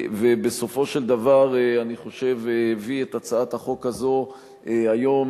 ובסופו של דבר אני חושב שהביא את הצעת החוק הזאת לכך שהיום